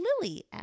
Lily